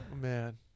man